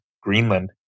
Greenland